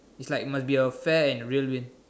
it's like must be a fair and real win